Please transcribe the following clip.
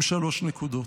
עם שלוש נקודות.